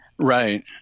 Right